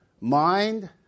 mind